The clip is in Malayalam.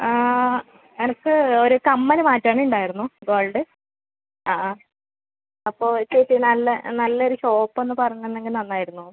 ആ എനിക്ക് ഒരു കമ്മൽ മാറ്റാനുണ്ടായിരുന്നു ഗോൾഡ് അ ആ അപ്പോൾ ചേച്ചി നല്ല നല്ല ഒരു ഷോപ്പ് ഒന്ന് പറഞ്ഞ് തന്നെങ്കിൽ നന്നായിരുന്നു